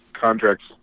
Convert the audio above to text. contracts